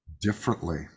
differently